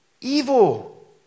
evil